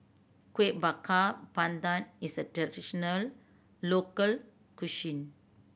Kuih Bakar Pandan is a traditional local